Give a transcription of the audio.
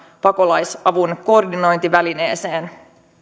pakolaisavun koordinointivälineeseen